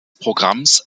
programms